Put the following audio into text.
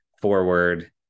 forward